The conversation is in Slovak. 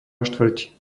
štvrť